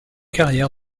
carrière